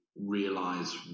realize